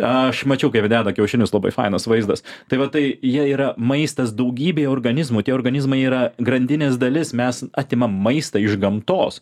aš mačiau kaip jie deda kiaušinius labai fainas vaizdas tai va tai jie yra maistas daugybei organizmų tie organizmai yra grandinės dalis mes atimam maistą iš gamtos